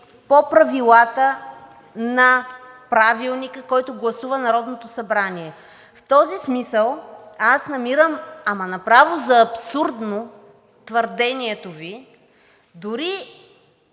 по правилата на Правилника, който гласува Народното събрание. В този смисъл намирам направо за абсурдно твърдението Ви, а дори